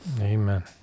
amen